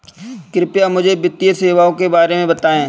कृपया मुझे वित्तीय सेवाओं के बारे में बताएँ?